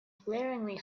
glaringly